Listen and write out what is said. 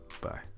bye